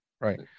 right